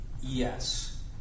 Yes